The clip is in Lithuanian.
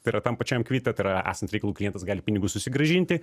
tai yra tam pačiam kvite tai yra esant reikalui klientas gali pinigus susigrąžinti